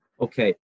Okay